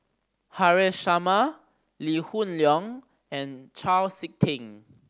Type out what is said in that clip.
Haresh Sharma Lee Hoon Leong and Chau Sik Ting